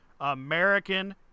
American